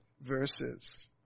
verses